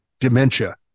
dementia